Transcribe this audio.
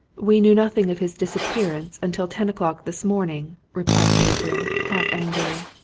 we knew nothing of his disappearance until ten o'clock this morning, replied gabriel, half-angrily.